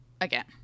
again